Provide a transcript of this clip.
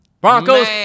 Broncos